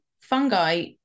fungi